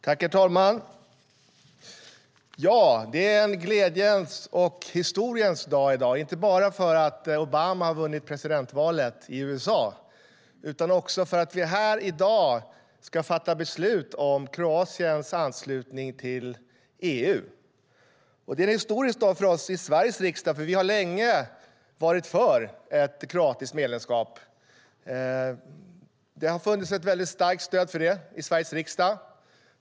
Herr talman! Det är en glädjens och historiens dag i dag, inte bara för att Obama vunnit presidentvalet i USA utan också för att vi här i Sveriges riksdag ska fatta beslut om Kroatiens anslutning till EU. Vi har länge varit för ett kroatiskt medlemskap. Det har funnits ett väldigt starkt stöd för det i Sveriges riksdag.